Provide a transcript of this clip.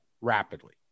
rapidly